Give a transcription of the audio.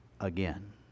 again